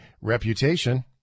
reputation